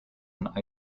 and